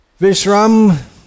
Vishram